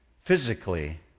physically